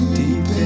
deep